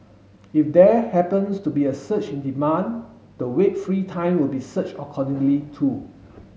if there happens to be a surge in demand the Wait free Time will be surge accordingly too